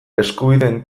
eskubideen